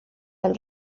del